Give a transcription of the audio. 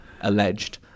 Alleged